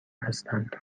هستند